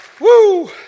Woo